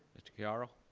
mr. chiaro.